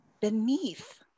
beneath